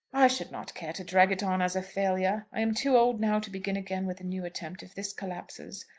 i shall not care to drag it on as a failure. i am too old now to begin again with a new attempt if this collapses.